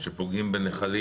שפוגעים בנחלים.